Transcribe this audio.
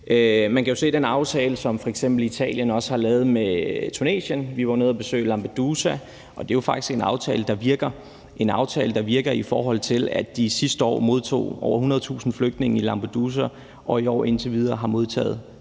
også se på den aftale, som Italien har lavet med Tunesien. Vi var nede at besøge Lampedusa, og det er jo faktisk en aftale, der virker, i forhold til at de i Lampedusa sidste år modtog over 100.000 flygtninge, og at de i år indtil videre har modtaget